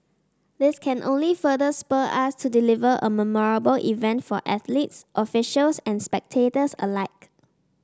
this can only further spur us to deliver a memorable event for athletes officials and spectators alike